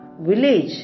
village